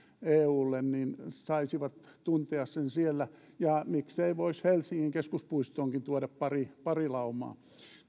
eulle niin saisivat tuntea sen siellä ja miksei voisi helsingin keskuspuistoonkin tuoda pari pari laumaa